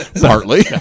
Partly